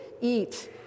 eat